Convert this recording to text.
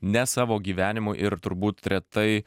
ne savo gyvenimui ir turbūt retai